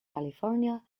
california